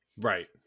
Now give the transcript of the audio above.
Right